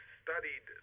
studied